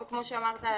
וכמו שאמרת,